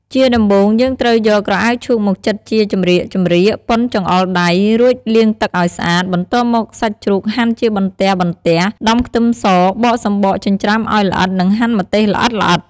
ជាដំបូង យើងត្រូវយក ក្រអៅឈូកមកចិតជាចម្រៀកៗ ប៉ុនចង្អុលដៃ រួចលាងទឹកអោយស្អាត បន្ទាប់មកសាច់ជ្រូកហាន់ជាបន្ទះៗ ដំខ្ទឹមសបកសំបកចិញ្ច្រាំឲ្យល្អិត និងហាន់ម្ទេសល្អិតៗ។